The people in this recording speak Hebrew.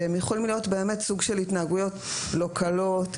שהם יכולים סוג של התנהלויות לא קלות,